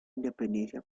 independencia